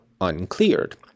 uncleared